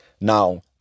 now